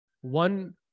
one